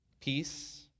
peace